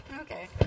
okay